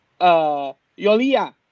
Yolia